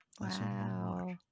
Wow